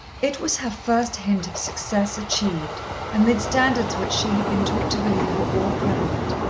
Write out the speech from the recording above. it was her first hint of success achieved amid standards which she had been taught to believe were all-prevalent.